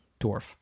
dwarf